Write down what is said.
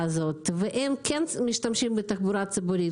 והם כן משתמשים בתחבורה ציבורית,